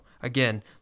again